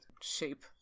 shape